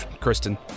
Kristen